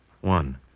One